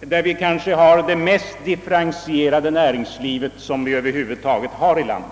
med kanske det mest differentierade näringsliv som vi över huvud taget har i vårt land.